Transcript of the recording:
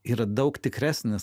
yra daug tikresnis